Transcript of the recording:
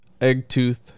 Eggtooth